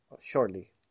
shortly